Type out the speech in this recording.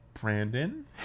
Brandon